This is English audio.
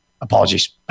apologies